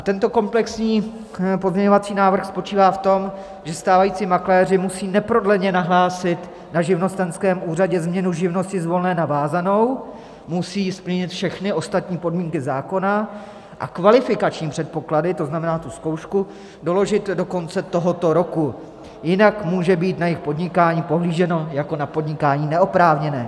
Tento komplexní pozměňovací návrh spočívá v tom, že stávající makléři musí neprodleně nahlásit na živnostenském úřadě změnu živnosti z volné na vázanou, musí splnit všechny ostatní podmínky zákona a kvalifikační předpoklady, to znamená tu zkoušku, doložit do konce tohoto roku, jinak může být na jejich podnikání nahlíženo jako na podnikání neoprávněné.